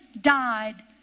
died